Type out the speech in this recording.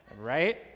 right